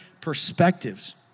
perspectives